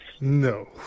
No